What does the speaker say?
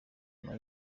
nyuma